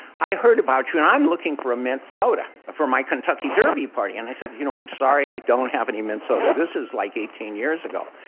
i heard about you and i'm looking for a mint soda, for my kentucky derby party and i said, you know i'm sorry i don't have any mint sodas this is like eighteen years ago.